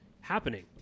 happening